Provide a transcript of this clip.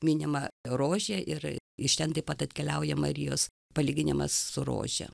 minima rožė ir iš ten taip pat atkeliauja marijos palyginimas su rože